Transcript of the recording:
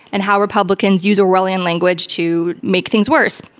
and how republicans use orwellian language to make things worse.